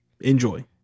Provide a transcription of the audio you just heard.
Enjoy